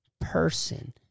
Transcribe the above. person